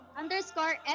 underscore